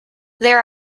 there